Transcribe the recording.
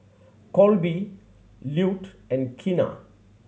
Colby Lute and Keena